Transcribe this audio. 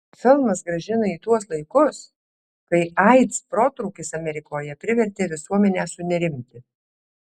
filmas grąžina į tuos laikus kai aids protrūkis amerikoje privertė visuomenę sunerimti